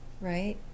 Right